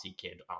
kid